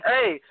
Hey